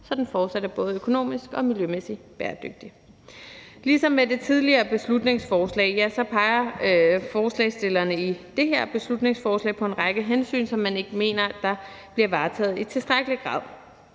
så den fortsat er både økonomisk og miljømæssig bæredygtig. Ligesom med det tidligere beslutningsforslag peger forslagsstillerne i det her beslutningsforslag på en række hensyn, som man ikke mener bliver varetaget i tilstrækkelig grad,